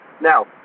Now